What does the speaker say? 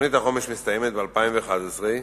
ותוכנית החומש מסתיימת ב-2011,